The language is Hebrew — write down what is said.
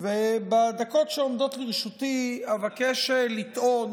בדקות שעומדות לרשותי אבקש לטעון